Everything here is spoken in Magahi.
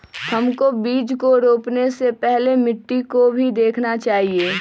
हमको बीज को रोपने से पहले मिट्टी को भी देखना चाहिए?